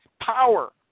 power